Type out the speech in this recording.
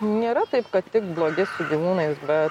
nėra taip kad tik blogi su gyvūnais bet